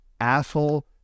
asshole